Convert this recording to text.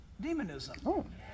Demonism